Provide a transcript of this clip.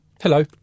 Hello